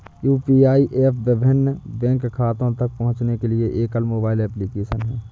UPI app विभिन्न bank खातों तक पहुँचने के लिए एकल मोबाइल एप्लिकेशन है